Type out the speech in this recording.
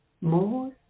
More